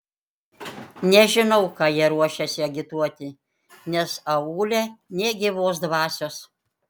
nežinau ką jie ruošiasi agituoti nes aūle nė gyvos dvasios